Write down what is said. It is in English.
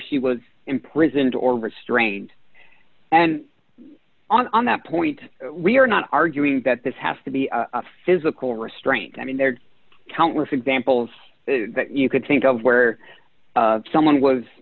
she was imprisoned or restrained and on that point we are not arguing that this has to be a physical restraint i mean there are countless examples that you could think of where someone was